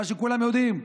את מה שכולם יודעים,